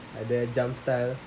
ah the jump style